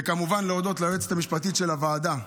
וכמובן, להודות ליועצת המשפטית של הוועדה,